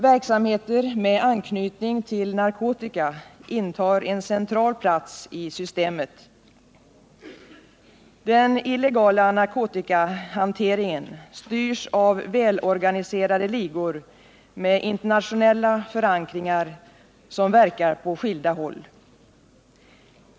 Verksamheter med anknytning till narkotika intar en central plats i systemet. Den illegala narkotikahanteringen styrs av välorganiserade ligor med internationella förankringar som verkar på skilda håll.